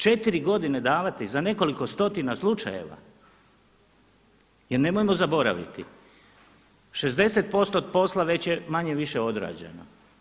Četiri godine davati za nekoliko stotina slučajeva, jer nemojmo zaboraviti: 60 posto od posla već je manje-više odrađeno.